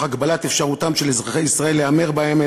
הגבלת אפשרותם של אזרחי ישראל להמר בהם,